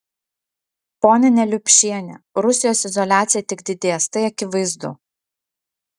ponia neliupšiene rusijos izoliacija tik didės tai akivaizdu